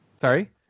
Sorry